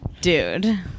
Dude